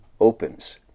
opens